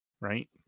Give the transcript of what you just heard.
right